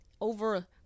over